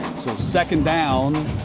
so second down